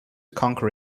conquer